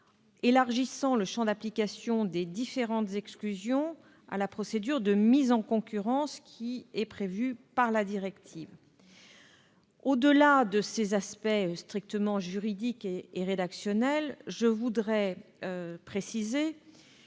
élargissant le champ d'application des différentes exclusions à la procédure de mise en concurrence prévue par la directive. Au-delà de ces aspects strictement juridique et rédactionnel, je précise